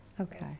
Okay